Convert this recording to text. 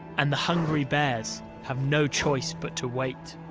and the hungry bears have no choice but to wait.